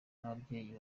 n’ababyeyi